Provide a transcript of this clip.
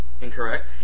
Incorrect